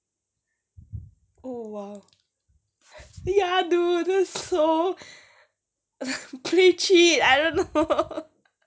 oh !wow! ya dude that's so play cheat I don't know